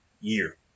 year